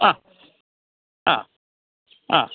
ആ ആ ആ